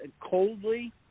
coldly